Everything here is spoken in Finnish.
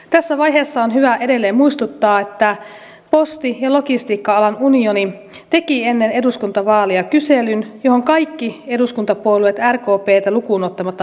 tässä vaiheessa on hyvä edelleen muistuttaa että posti ja logistiikka alan unioni teki ennen eduskuntavaaleja kyselyn johon kaikki eduskuntapuolueet rkptä lukuun ottamatta vastasivat